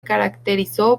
caracterizó